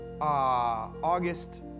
August